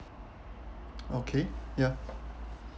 okay ya